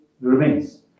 remains